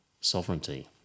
sovereignty